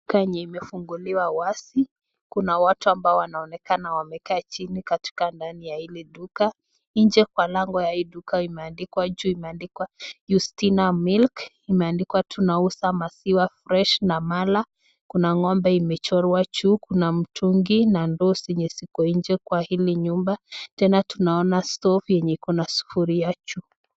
Duka yenye imefunguliwa wazi, kuna watu ambao wanaonekana wamekaa chini katika ndani ya hili duka, nje kwa lango ya hii duka, imeandikwa juu imeandikwa Yustina Milk, imeandikwa tunauza maziwa fresh na mala, kuna ng'ombe imechorwa juu, kuna mtungi na ndoo zenye ziko nje kwa hili nyumba ,tena tunaona stove yenye iko na sufuria juu.